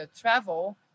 travel